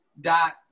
dot